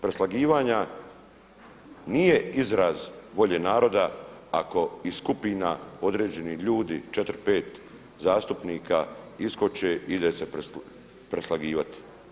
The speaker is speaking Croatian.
Preslagivanja nije izraz volje naroda i skupina određenih ljudi 4, 5 zastupnika iskoče ide se preslagivati.